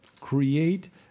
create